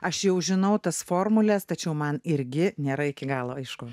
aš jau žinau tas formules tačiau man irgi nėra iki galo aišku